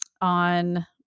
on